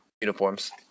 uniforms